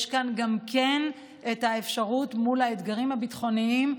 יש פה גם כן את האפשרות מול האתגרים הביטחוניים,